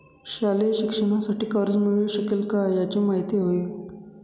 शालेय शिक्षणासाठी कर्ज मिळू शकेल काय? याची माहिती हवी आहे